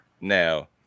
Now